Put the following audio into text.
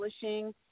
publishing